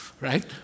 right